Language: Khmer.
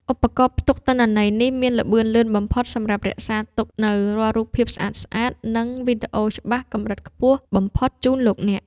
ឧបករណ៍ផ្ទុកទិន្នន័យនេះមានល្បឿនលឿនបំផុតសម្រាប់រក្សាទុកនូវរាល់រូបភាពស្អាតៗ និង វីដេអូច្បាស់កម្រិតខ្ពស់បំផុតជូនលោកអ្នក។